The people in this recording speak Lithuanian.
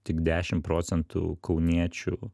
tik dešim procentų kauniečių